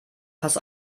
pass